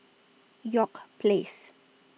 York Place